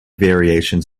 variations